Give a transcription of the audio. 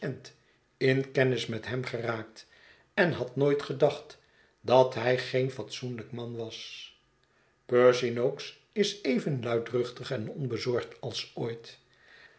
in kennis met hem geraakt en had nooit gedacht dat hij geen fatsoenlijk man was percy nokes is even luchtig en onbezorgd als ooit